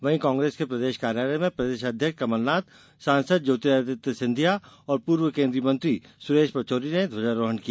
वहीं कांग्रेस के प्रदेश कार्यालय में प्रदेश अध्यक्ष कमलनाथ सांसद ज्योतिरादित्य सिंधिया और पूर्व केंद्रीय मंत्री सुरेश पचोरी ने ध्वजारोहण किया